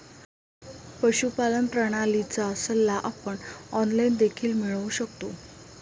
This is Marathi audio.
पशुपालन प्रणालीचा सल्ला आपण ऑनलाइन देखील मिळवू शकतो